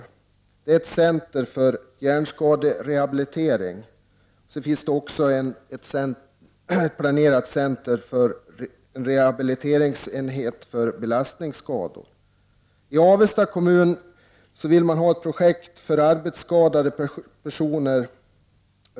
Detta är ett center för hjärnskaderehabilitering och en rehabiliteringsenhet för belastningsskador. I Avesta vill man ha ett projekt för yrkesskadade personer.